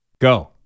go